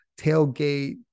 tailgate